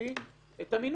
המשפטי את המינוי?"